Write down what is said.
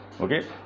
okay